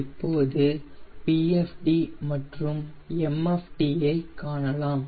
இப்போது PFD மற்றும் MFD ஐ காணலாம்